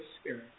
Spirit